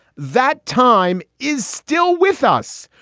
that time is still with us.